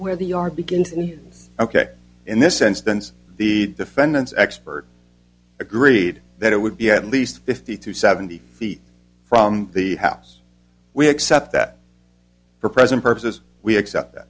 where the yard begins ok in this instance the defendant's expert agreed that it would be at least fifty to seventy feet from the house we accept that for present purposes we accept that